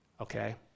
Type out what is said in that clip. okay